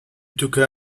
türkei